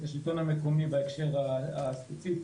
את השלטון המקומי בהקשר הספציפי,